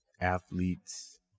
athletes